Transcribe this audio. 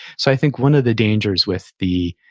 so i think one of the dangers with the,